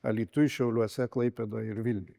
alytuj šiauliuose klaipėdoj ir vilniuj